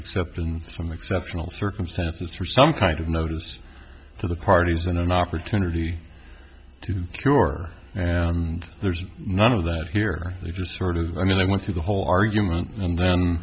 except in some exceptional circumstances for some kind of notice to the parties in an opportunity to cure and there's none of that here they just sort of i mean they went through the whole argument and then